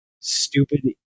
stupid